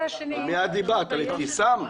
על מי דיברת, על אבתיסאם?